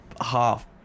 half